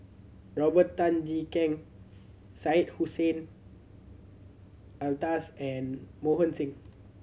Robert Tan Jee Keng Syed Hussein Alatas and Mohan Singh